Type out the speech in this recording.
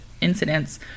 incidents